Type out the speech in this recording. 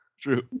True